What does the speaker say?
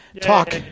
talk